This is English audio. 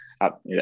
up